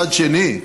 מצד שני,